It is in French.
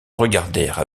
regardèrent